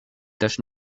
taches